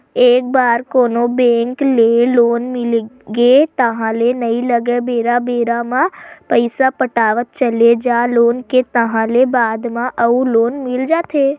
एक बार कोनो बेंक ले लोन मिलगे ताहले नइ लगय बेरा बेरा म पइसा पटावत चले जा लोन के ताहले बाद म अउ लोन मिल जाथे